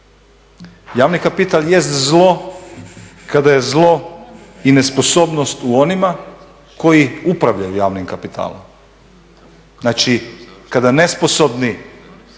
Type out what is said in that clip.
Javni kapital jest zlo kada je zlo i nesposobnost u onima koji upravljaju javnim kapitalom. Znači kada nesposobni